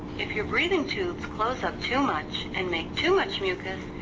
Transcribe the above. if your breathing tubes close up too much and make too much mucus,